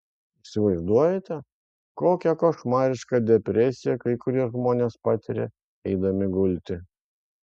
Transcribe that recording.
įsivaizduojate kokią košmarišką depresiją kai kurie žmonės patiria eidami gulti